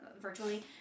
virtually